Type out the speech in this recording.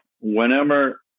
whenever